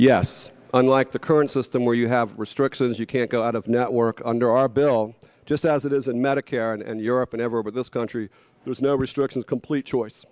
unlike the current system where you have restrictions you can't go out of network under our bill just as it is in medicare and europe and ever but this country there's no restrictions complete choice